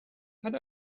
had